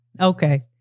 Okay